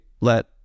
let